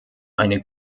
eine